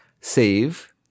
save